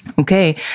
Okay